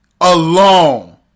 alone